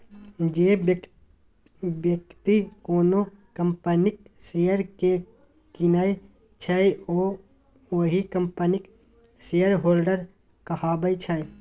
जे बेकती कोनो कंपनीक शेयर केँ कीनय छै ओ ओहि कंपनीक शेयरहोल्डर कहाबै छै